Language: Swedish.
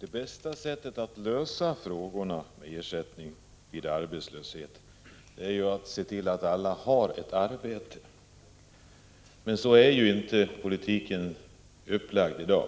Det bästa sättet att lösa frågorna om ersättning vid arbetslöshet är att se till att alla har ett arbete. Men så är ju inte politiken upplagd i dag.